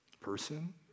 person